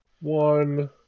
one